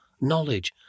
knowledge